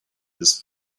his